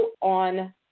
on